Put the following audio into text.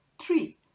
Three